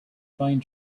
pine